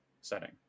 setting